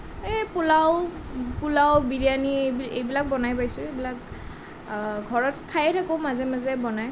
এই পোলাও পোলাও বিৰিয়ানি এই এইবিলাক বনাই পাইছোঁ এইবিলাক ঘৰত খায়েই থাকোঁ মাজে মাজে বনাই